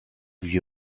lui